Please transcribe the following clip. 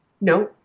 no